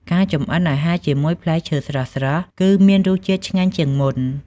ការចម្អិនអាហារជាមួយផ្លែឈើស្រស់ៗគឺមានរសជាតិឆ្ងាញ់ជាងមុន។